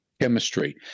chemistry